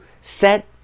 set